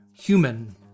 human